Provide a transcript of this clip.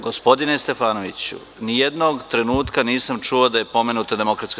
Gospodine Stefanoviću, ni jednog trenutka nisam čuo da je pomenuta DS.